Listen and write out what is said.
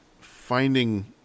finding